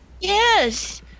yes